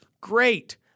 Great